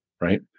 Right